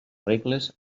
regles